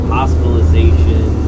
hospitalization